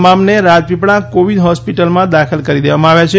તમામને રાજપીપળા કોવીદ હોસ્પિટલમાં દાખલ કરી દેવામાં આવ્યા છે